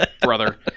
brother